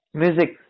music